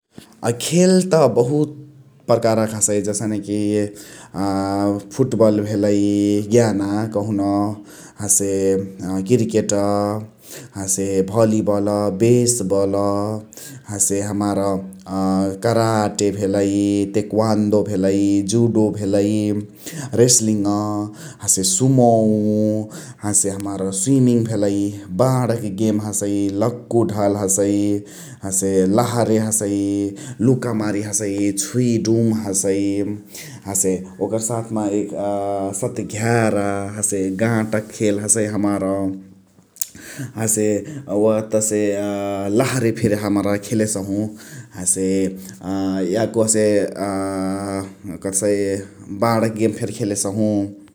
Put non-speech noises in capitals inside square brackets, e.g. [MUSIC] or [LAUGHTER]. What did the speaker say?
खेल त बहुत प्रकारक हसै जसने कि अ फूट बल भेलइ ज्ञाना कहुन । हसे क्रीकेट, हसे भलिबल हसे बेस बल । हसे हमार कराटे भेलइ तेक्वान्डो भेलइ, जुडो भेलइ, रेसालीङ्, हसे सुमोउ । हसे हमार स्विमिङ्, बाणक गेम हसइ, लक्कुढाल हसइ । हसे लहरे हसइ, लुकामारी हसइ, छुइडुम हसइ । हसे ओकर साथ म सत्घ्यार । हसे गाटाक खेल हसइ हमार । हसे वातसे लहरे फेरी हमरा खेलेसहु । हसे याको हसे अ [HESITATION] बाणक गेम फेरी खेलेसहु ।